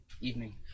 evening